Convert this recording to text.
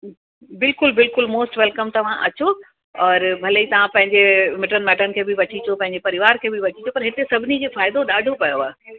बिल्कुलु बिल्कुलु most welcome तव्हां अचो और भले ई तव्हां पंहिंजे मिटनि माइटनि खे बि वठी अचो पंहिंजे परिवार खे बि वठी अचो पर हिते सभिनी खे फ़ाइदो ॾाढो पियो आहे